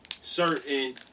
certain